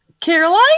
Caroline